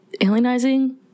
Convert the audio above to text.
alienizing